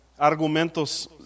argumentos